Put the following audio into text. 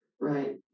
Right